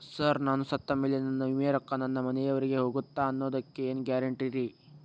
Sir ನಾನು ಸತ್ತಮೇಲೆ ನನ್ನ ವಿಮೆ ರೊಕ್ಕಾ ನನ್ನ ಮನೆಯವರಿಗಿ ಹೋಗುತ್ತಾ ಅನ್ನೊದಕ್ಕೆ ಏನ್ ಗ್ಯಾರಂಟಿ ರೇ?